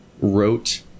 wrote